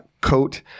Coat